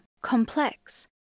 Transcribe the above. complex